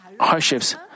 hardships